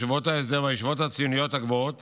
ישיבות ההסדר והישיבות הציוניות הגבוהות